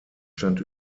stand